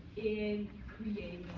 in creating